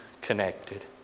connected